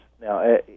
Now